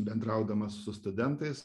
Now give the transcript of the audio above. bendraudamas su studentais